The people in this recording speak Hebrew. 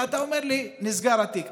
ואתה אומר לי שנסגר התיק.